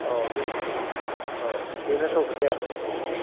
औ औ बेनोथ' खोथाया